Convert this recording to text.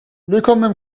willkommen